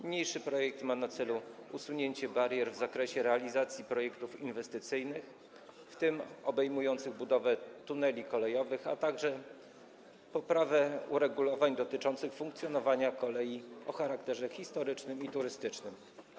Niniejszy projekt ma na celu usunięcie barier w zakresie realizacji projektów inwestycyjnych, w tym obejmujących budowę tuneli kolejowych, a także poprawę uregulowań dotyczących funkcjonowania kolei o charakterze historycznym i turystycznym.